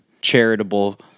charitable